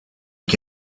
che